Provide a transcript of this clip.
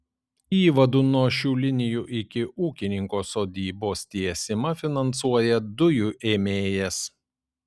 įvadų nuo šių linijų iki ūkininko sodybos tiesimą finansuoja dujų ėmėjas